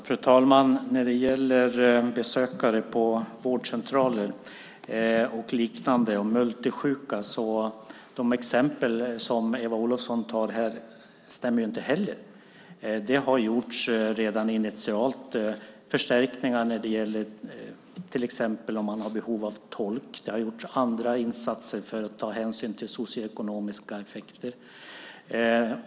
Fru talman! När det gäller besökare på vårdcentraler och liknande och multisjuka stämmer inte heller de exempel som Eva Olofsson tar här. Det har redan initialt gjorts förstärkningar när det gäller till exempel om man har behov av tolk. Det har också gjorts andra insatser för att ta hänsyn till socioekonomiska effekter.